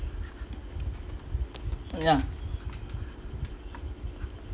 yeah